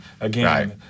again